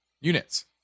units